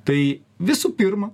tai visų pirma